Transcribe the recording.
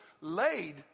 laid